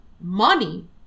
money